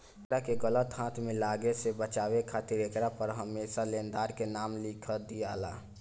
एकरा के गलत हाथ में लागे से बचावे खातिर एकरा पर हरमेशा लेनदार के नाम लिख दियाला